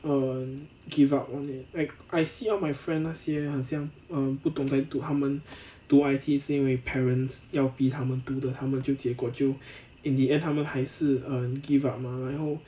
err give up on it like I see all my friend 那些很像 err 不懂在读他们读 I_T 是因为 parents 要逼他们读的他们就结果就 in the end 他们还是 um give up mah 然后